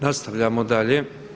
Nastavljamo dalje.